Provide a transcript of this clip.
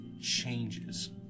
changes